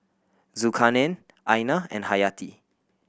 Zulkarnain Aina and Hayati